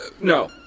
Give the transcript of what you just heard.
No